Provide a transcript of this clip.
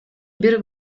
бир